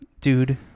Dude